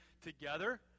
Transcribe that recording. together